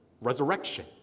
resurrection